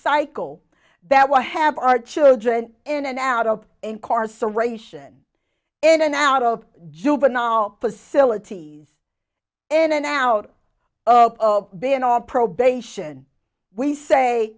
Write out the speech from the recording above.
cycle that will have our children in and out of incarceration in an out of juvenile facilities in an out of bin of probation we say